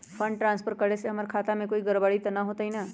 Fund transfer करे से हमर खाता में कोई गड़बड़ी त न होई न?